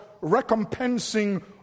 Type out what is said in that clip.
recompensing